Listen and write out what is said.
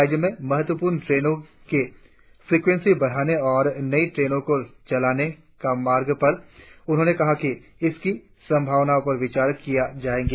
राज्य में महत्वपूर्ण ट्रेनों के फ्रीक्वेंशी बढ़ाने और नई ट्रेनों को चलाने की मार्ग पर उन्होंने कहा कि इसकी संभावनाओं पर विचार किया जायेगा